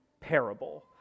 parable